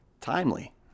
Timely